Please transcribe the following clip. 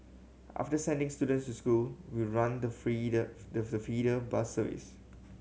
after sending students to school we run the feeder bus service